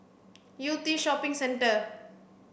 Yew Tee Shopping Centre